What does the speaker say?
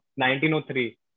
1903